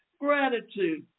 Gratitude